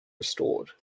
restored